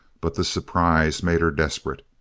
but the surprise made her desperate.